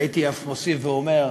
והייתי אף מוסיף ואומר,